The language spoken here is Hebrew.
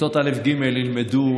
ילמדו